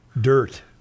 Dirt